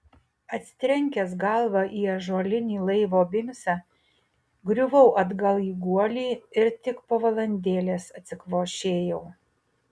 atsitrenkęs galva į ąžuolinį laivo bimsą griuvau atgal į guolį ir tik po valandėlės atsikvošėjau